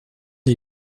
des